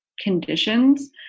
conditions